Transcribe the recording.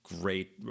great